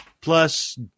Plus